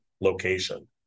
location